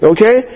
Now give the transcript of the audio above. Okay